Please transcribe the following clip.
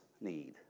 need